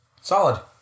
Solid